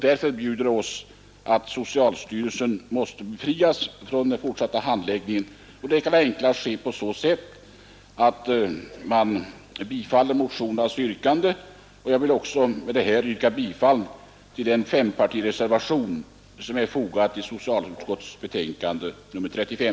Därför måste socialstyrelsen befrias från den fortsatta handläggningen av detta ärende, och det kan ju enklast ske på så sätt att man bifaller motionernas yrkande. Jag yrkar bifall till den fempartirservation som är fogad till socialutskottets betänkande nr 35.